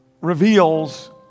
reveals